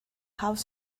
house